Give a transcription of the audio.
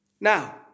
Now